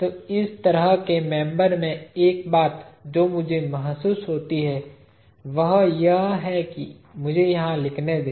तो इस तरह के मेंबर में एक बात जो मुझे महसूस होती है वह यह है मुझे यहाँ लिखने दे